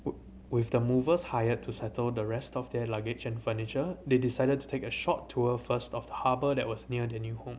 with the movers hired to settle the rest of their luggage and furniture they decided to take a short tour first of the harbour that was near their new home